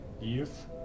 Youth